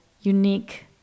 unique